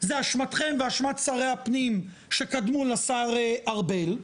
זו אשמתכם ואשמת שרי הפנים שקדמו לשר ארבל,